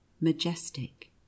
majestic